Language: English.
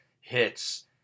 hits